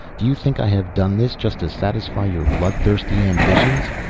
do you think i have done this just to satisfy your blood-thirsty ambitions?